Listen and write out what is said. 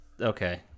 okay